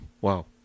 wow